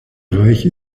reich